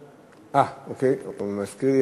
אוקיי, הוא מזכיר לי.